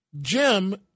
Jim